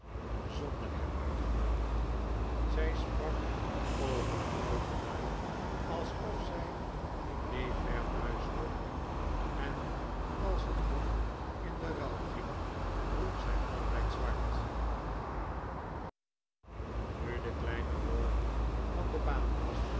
zonder hem uitgenoodigd zij sprak overde grootelui alsof zij in may fair thuis hoorde en als het hof in den rouw ging droeg zij altijd zwart nu de kleine rawdon van de baan was